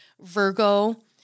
Virgo